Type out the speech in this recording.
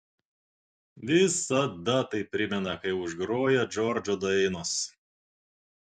visada tai primena kai užgroja džordžo dainos